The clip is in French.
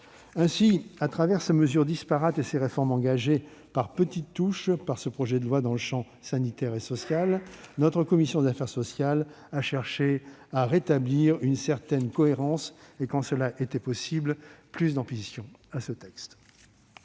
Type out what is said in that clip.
Ainsi, au travers de ces mesures disparates et de ces réformes engagées par « petites touches » par le texte dans le champ sanitaire et social, notre commission des affaires sociales a cherché à rétablir une certaine cohérence et, quand cela était possible, à donner plus d'ambition à ce projet